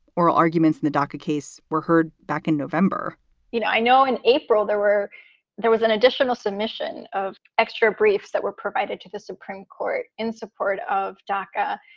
oral arguments in the doca case were heard back in november you know, i know in april there were there was an additional submission of extra briefs that were provided to the supreme court in support of doca,